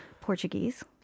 Portuguese